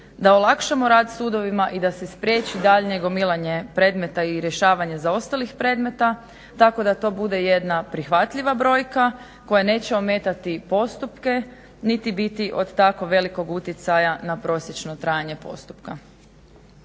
da olakšamo rad sudovima i da se spriječi daljnje gomilanje predmeta i rješavanje zaostalih predmeta tako da to bude jedna prihvatljiva brojka koja neće ometati postupke niti biti od tako velikog utjecaja na prosječno trajanje postupka.